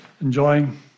enjoying